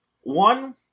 one